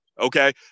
okay